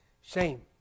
shame